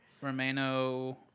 Romano